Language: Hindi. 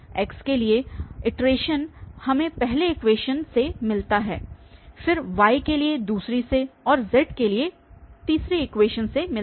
x के लिए इटरेशन हमे पहले इक्वेशन से मिला है फिर y के लिए दूसरी से और z के लिए तृतीय इक्वेशन से मिला है